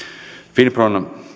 finpro